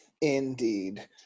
indeed